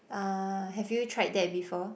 ah have you tried that before